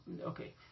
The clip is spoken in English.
okay